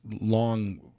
long